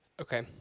Okay